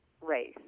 race